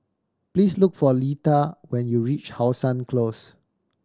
please look for Leta when you reach How Sun Close